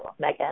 Megan